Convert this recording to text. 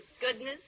goodness